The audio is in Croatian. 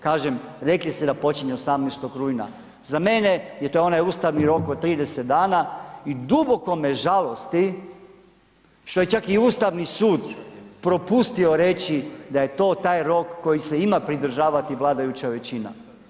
Kažem, rekli ste da počinje 18. rujna, za mene je to onaj ustavni rok od 30 dana i duboko me žalosti što je čak i Ustavni sud propustio reći da je to taj rok koji se ima pridržavati vladajuća većina.